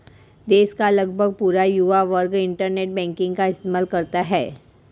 देश का लगभग पूरा युवा वर्ग इन्टरनेट बैंकिंग का इस्तेमाल करता है